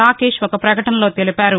రాకేశ్ ఒక పకటనలో తెలిపారు